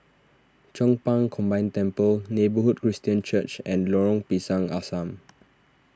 Chong Pang Combined Temple Neighbourhood Christian Church and Lorong Pisang Asam